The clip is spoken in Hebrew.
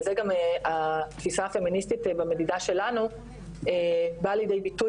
זה גם התפיסה הפמיניסטית במדידה שלנו בא לידי ביטוי